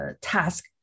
task